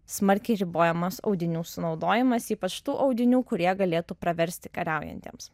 smarkiai ribojamas audinių sunaudojimas ypač tų audinių kurie galėtų praversti kariaujantiems